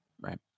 Right